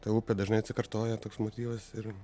ta upė dažnai atsikartoja toks motyvas ir